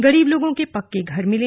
गरीब लोगों को पक्के घर मिले